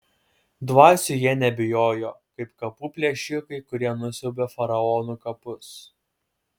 dvasių jie nebijojo kaip kapų plėšikai kurie nusiaubia faraonų kapus